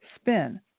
spin